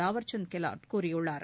தாவர்சந்த் கேலாட் கூறியுள்ளார்